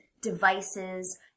devices